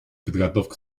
подготовку